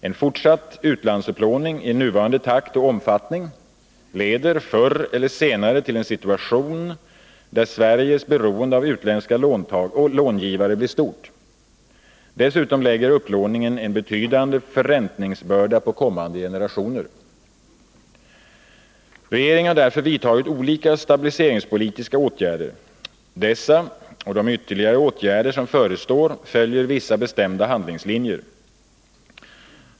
En fortsatt utlandsupplåning i nuvarande takt och omfattning leder förr eller senare till en situation där Sveriges beroende av utländska långivare blir stort. Dessutom lägger upplåningen en betydande förräntningsbörda på kommande generationer. Regeringen har därför vidtagit olika stabiliseringspolitiska åtgärder. Dessa och de ytterligare åtgärder som förestår följer vissa bestämda handlingslinjer.